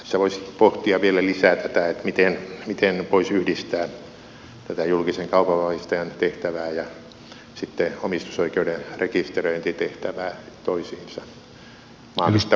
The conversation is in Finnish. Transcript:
tässä voisi pohtia vielä lisää tätä miten voisi yhdistää tätä julkisen kaupanvahvistajan tehtävää ja sitten omistusoikeuden rekisteröintitehtävää toisiinsa maanmittauslaitoksessa